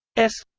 s